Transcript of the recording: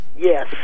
Yes